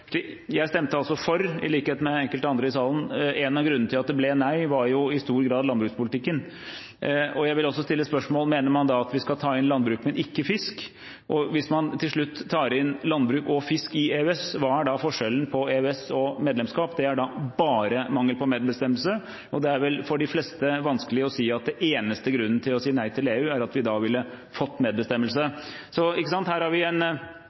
det ble nei, var jo i stor grad landbrukspolitikken. Jeg vil også stille spørsmålet: Mener man da at vi skal ta inn landbruk, men ikke fisk? Hvis man til slutt tar inn landbruk og fisk i EØS, hva er da forskjellen på EØS og medlemskap? Det vil da være bare mangel på medbestemmelse. Det er vel for de fleste vanskelig å si at den eneste grunnen til å si nei til EU, er at vi da ville fått medbestemmelse. Her har vi en